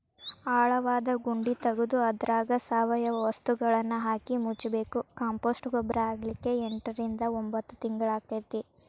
ಆಳವಾದ ಗುಂಡಿ ತಗದು ಅದ್ರಾಗ ಸಾವಯವ ವಸ್ತುಗಳನ್ನಹಾಕಿ ಮುಚ್ಚಬೇಕು, ಕಾಂಪೋಸ್ಟ್ ಗೊಬ್ಬರ ಆಗ್ಲಿಕ್ಕೆ ಎಂಟರಿಂದ ಒಂಭತ್ ತಿಂಗಳಾಕ್ಕೆತಿ